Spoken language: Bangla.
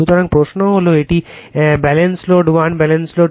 সুতরাং প্রশ্ন হল এটি ব্যালেন্স লোড 1 ব্যালেন্স লোড 2